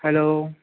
hello